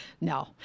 No